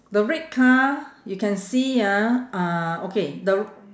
the red car you can see ah uh okay the